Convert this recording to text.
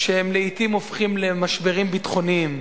שהם לעתים הופכים למשברים ביטחוניים,